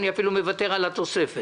אני אפילו מוותר על התוספת.